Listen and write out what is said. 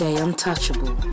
untouchable